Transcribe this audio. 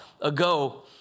ago